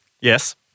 Yes